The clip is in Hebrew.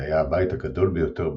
זה היה הבית הגדול ביותר ברחוב.